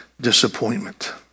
disappointment